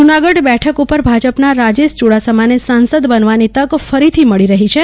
જુનાગઢ બેઠક ઉપર ભાજપના રાજેશ યુડાસમાને સાંસદ બનવાની તક ફરીથી મળી રહી છે